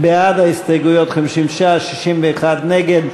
בעד ההסתייגויות, 59, 61 נגד.